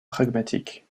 pragmatique